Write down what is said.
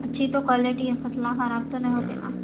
اچھی تو کوالٹی ہے فصلیں خراب تو نہیں ہوتے نا